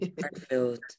heartfelt